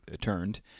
turned